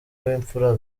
w’imfura